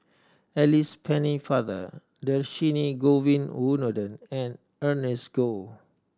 Alice Pennefather Dhershini Govin Winodan and Ernest Goh